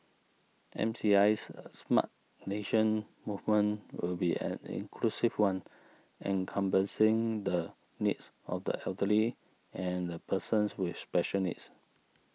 MCI's a Smart Nation movement will be an inclusive one encompassing the needs of the elderly and the persons with special needs